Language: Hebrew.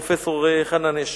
פרופסור חנן אשל.